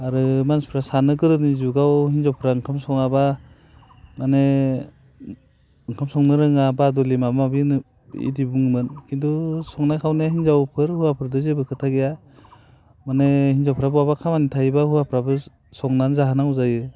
आरो मानसिफ्रा सानो गोदोनि जुगाव हिनजावफ्रा ओंखाम सङाब्ला माने ओंखाम संनो रोङा बादुलि माबा माबि होनो इदि बुङोमोन खिन्थु संनाय खावनाया हिनजाव फोर हौवाफोरदो जेबो खोथा गैया माने हिनजावफ्रा खामानि थायोब्ला हौवाफ्राबो संनानै जाहोनांगौ जायो